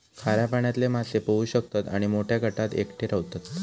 खाऱ्या पाण्यातले मासे पोहू शकतत आणि मोठ्या गटात एकटे रव्हतत